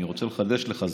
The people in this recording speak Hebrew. אני רוצה לחדש לך,